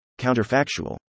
counterfactual